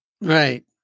Right